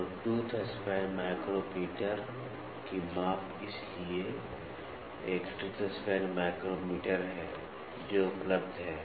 तो tooth span micrometer की माप इसलिए एक टूथ स्पैन माइक्रोमीटर है जो उपलब्ध है